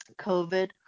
COVID